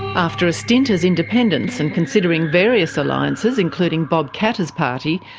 after a stint as independents, and considering various alliances, including bob katter's party,